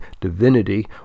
divinity